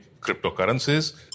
cryptocurrencies